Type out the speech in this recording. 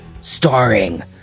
starring